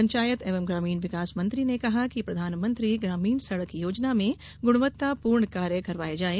पंचायत एवं ग्रामीण विकास मंत्री ने कहा कि प्रधानमंत्री ग्रामीण सड़क योजना में ग्रणवत्ता पूर्ण कार्य करवाये जायें